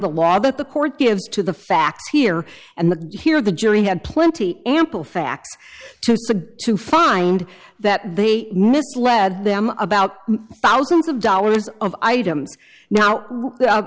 the law that the court gives to the facts here and here the jury had plenty ample facts to suggest to find that they misled them about thousands of dollars of items now